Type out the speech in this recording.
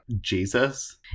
Jesus